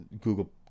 Google